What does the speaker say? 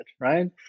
right